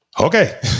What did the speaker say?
okay